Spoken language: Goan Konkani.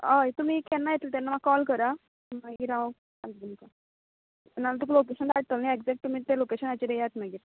हय तुमी केन्ना येतले तेन्ना म्हाका काॅल करात मागीर हांव तुमका लोकेशन धाडटलें न्ही तुमी तें लोकेशनाचेर यात मागीर